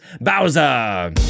bowser